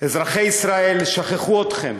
אזרחי ישראל, שכחו אתכם.